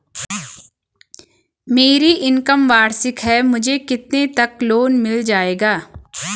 मेरी इनकम वार्षिक है मुझे कितने तक लोन मिल जाएगा?